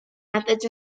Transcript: methods